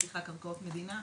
קרקעות מדינה,